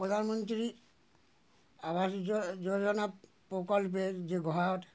প্রধানমন্ত্রী আবাস যোজ যোজনা প্রকল্পে যে ঘর